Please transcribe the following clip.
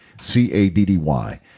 C-A-D-D-Y